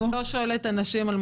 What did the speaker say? שואלת אנשים על-